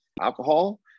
alcohol